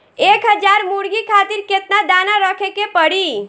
एक हज़ार मुर्गी खातिर केतना दाना रखे के पड़ी?